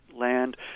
Land